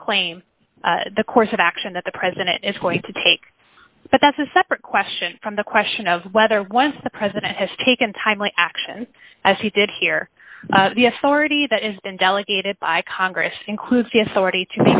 proclaim the course of action that the president is going to take but that's a separate question from the question of whether once the president has taken timely action as he did here the authority that is been delegated by congress includes the authority to